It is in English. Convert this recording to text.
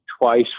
twice